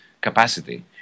capacity